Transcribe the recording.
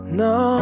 no